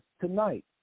tonight